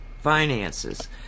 finances